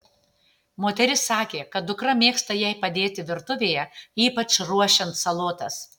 moteris sakė kad dukra mėgsta jai padėti virtuvėje ypač ruošiant salotas